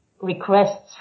requests